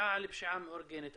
שמשפיעה על פשיעה מאורגנת.